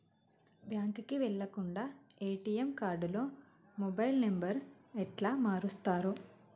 బ్యాంకుకి వెళ్లకుండా ఎ.టి.ఎమ్ కార్డుతో మొబైల్ నంబర్ ఎట్ల మారుస్తరు?